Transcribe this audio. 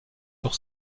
sur